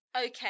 Okay